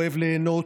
אוהב ליהנות.